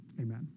Amen